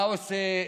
מה עושה נתניהו?